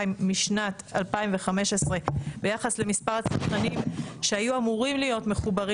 משנת 2015 ביחס למספר הצרכנים שהיו אמרים להיות מחוברים